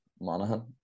Monaghan